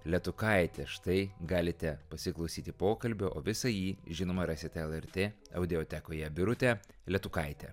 letukaite štai galite pasiklausyti pokalbio o visą jį žinoma rasite lrt audiotekoje birutė letukaitė